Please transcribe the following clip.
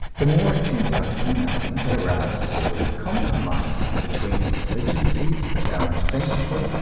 the more it turns out to be nothing but a rather sordid compro mise between the exigencies of our insatiable,